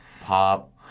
Pop